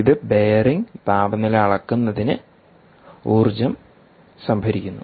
ഇത് ബെയറിംഗ് താപനില അളക്കുന്നതിന് ഊർജ്ജം സംഭരിക്കുന്നു